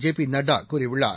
JP Nadda கூறியுள்ளார்